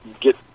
get